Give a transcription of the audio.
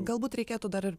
galbūt reikėtų dar ir